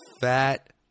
fat